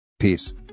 Peace